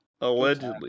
Allegedly